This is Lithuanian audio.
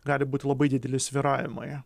gali būti labai dideli svyravimai